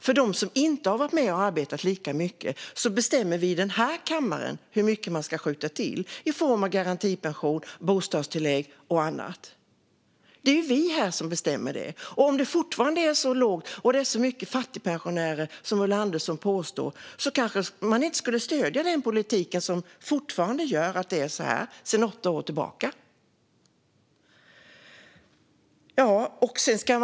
För dem som inte har arbetat lika mycket bestämmer vi här i kammaren hur mycket som ska skjutas till i form av garantipension, bostadstillägg och annat. Det är ju vi som bestämmer det. Om det finns så många fattigpensionärer som Ulla Andersson påstår borde ni kanske inte stödja den politik som fortfarande efter åtta år gör att det är så här.